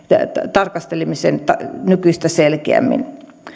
tarkastelemisen nykyistä selkeämmin